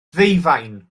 ddeufaen